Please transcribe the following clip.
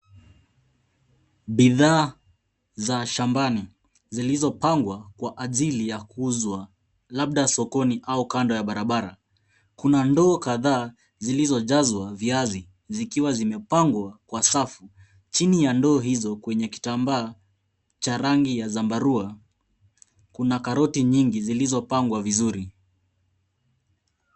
Bidhaa za shambani zilizopangwa kwa ajili ya kuuzwa, labda sokoni au kando ya barabara. Kuna ndoo kadhaa zilizojazwa viazi zikiwa zimepangwa kwa safu. Chini ya ndoo hizo kwenye kitambaa cha rangi ya zambarau, kuna karoti nyingi zilizopangwa vizuri.